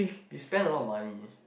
you spend a lot of money